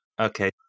Okay